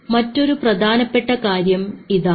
മറ്റൊരു പ്രധാനപ്പെട്ട കാര്യം ഇതാണ്